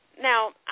Now